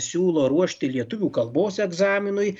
siūlo ruošti lietuvių kalbos egzaminui